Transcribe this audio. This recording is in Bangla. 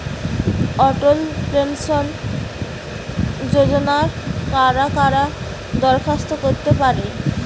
অটল পেনশন যোজনায় কারা কারা দরখাস্ত করতে পারে?